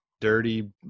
dirty